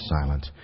silent